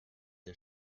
der